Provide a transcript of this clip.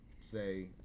say